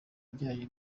ibijyanye